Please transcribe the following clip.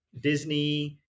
disney